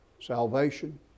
salvation